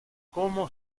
como